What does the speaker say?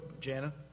Jana